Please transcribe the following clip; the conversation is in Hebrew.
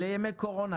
אלה ימי קורונה,